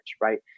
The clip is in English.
right